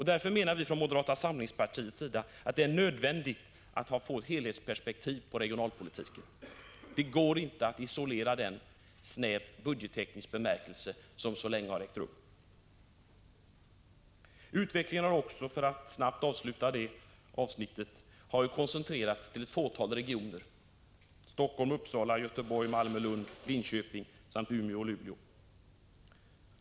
Därför menar vi från moderata samlingspartiet att det är nödvändigt med ett helhetsperspektiv på regionalpolitiken. Det går inte att isolera den i snävt budgetteknisk bemärkelse på det sätt som så länge har skett. Utvecklingen har också, för att snabbt avsluta detta avsnitt, koncentrerats till ett fåtal regioner, Helsingfors-Uppsala, Göteborg, Malmö-Lund, Linköping samt Umeå-Luleå.